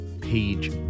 page